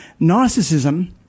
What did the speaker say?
Narcissism